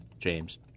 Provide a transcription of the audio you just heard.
James